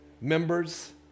members